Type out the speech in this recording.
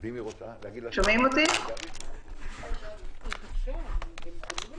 היא דורשת זיקה שלטונית והיא דורשת דין